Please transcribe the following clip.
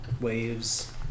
waves